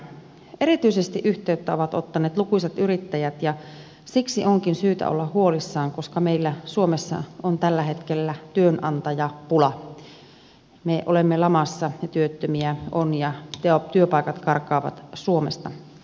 erityisesti yhteyttä ovat ottaneet lukuisat yrittäjät ja siksi onkin syytä olla huolissaan koska meillä suomessa on tällä hetkellä työnantajapula me olemme lamassa työttömiä on ja työpaikat karkaavat suomesta